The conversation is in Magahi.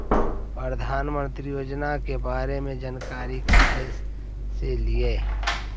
प्रधानमंत्री योजना के बारे मे जानकारी काहे से ली?